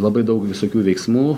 labai daug visokių veiksmų